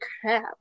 crap